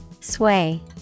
Sway